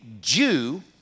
Jew